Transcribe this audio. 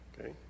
Okay